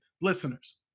listeners